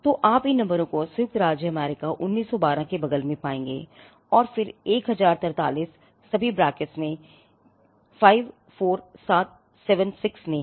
तो आप इन नंबरों को संयुक्त राज्य अमेरिका 1912 के बगल में पाएंगे फिर 1043 सभी ब्रैकेट्स 5476 में हैं